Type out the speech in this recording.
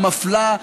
המפלה,